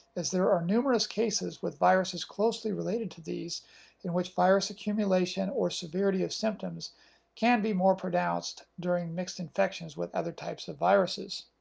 as there are numerous cases with viruses closely related to these in which virus accumulation or severity of symptoms can be more pronounced during mixed infections with other types of viruses.